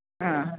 ആ